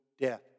death